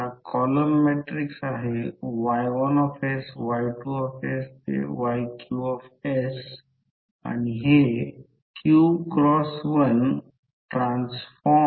हे कॉइल आहे आणि N1 टर्नची संख्या 500 आहे आणि येथे N 2 देखील आहे N 2 1000 टर्न